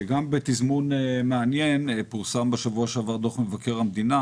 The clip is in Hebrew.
וגם בתזמון מעניין פורסם בשבוע שעבר דוח מבקר המדינה,